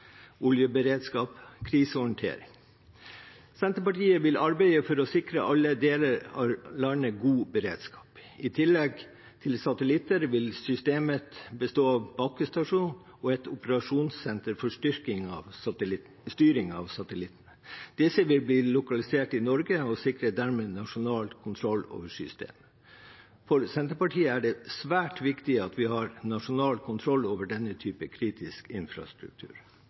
oljeberedskap og krisehåndtering. Senterpartiet vil arbeide for å sikre alle deler av landet god beredskap. I tillegg til satellitter vil systemet bestå av en bakkestasjon og et operasjonssenter for styring av satellittene. Disse elementene vil bli lokalisert i Norge og sikrer dermed nasjonal kontroll over systemet. For Senterpartiet er det svært viktig at vi har nasjonal kontroll over denne typen kritisk infrastruktur.